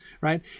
right